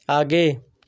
आगे